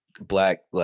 black